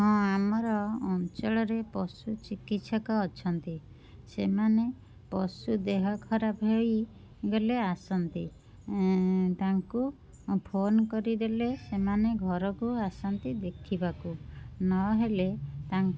ହଁ ଆମର ଅଞ୍ଚଳରେ ପଶୁଚିକିତ୍ସକ ଅଛନ୍ତି ସେମାନେ ପଶୁ ଦେହ ଖରାପ ହେଇଗଲେ ଆସନ୍ତି ତାଙ୍କୁ ଫୋନ୍ କରିଦେଲେ ସେମାନେ ଘରକୁ ଆସନ୍ତି ଦେଖିବାକୁ ନହେଲେ ତା